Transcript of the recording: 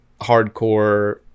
hardcore